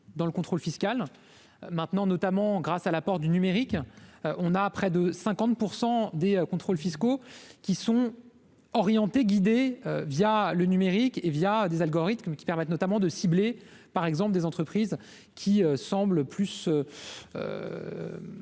dans le contrôle fiscal maintenant, notamment grâce à l'apport du numérique, on a près de 50 pour 100 des contrôles fiscaux, qui sont orientées guider via le numérique et via des algorithmes qui permettent notamment de cibler par exemple des entreprises. Qui semble plus